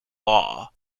law